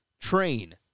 train